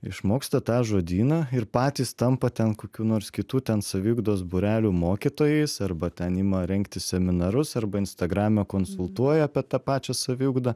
išmoksta tą žodyną ir patys tampa ten kokių nors kitų ten saviugdos būrelių mokytojais arba ten ima rengti seminarus arba instagrame konsultuoja apie tą pačią saviugdą